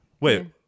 Wait